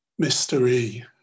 mystery